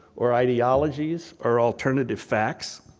or ideologies, or alternative facts.